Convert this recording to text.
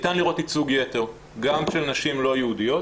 ניתן לראות ייצוג יתר גם של נשים לא יהודיות,